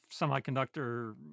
semiconductor